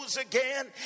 again